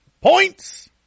Points